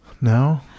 No